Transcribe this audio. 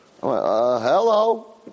Hello